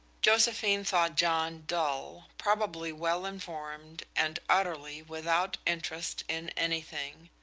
josephine thought john dull, probably well informed, and utterly without interest in anything.